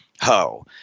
ho